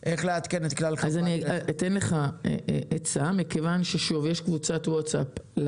אני ממליצה לשלוח את זה גם לקבוצת הווצאפ של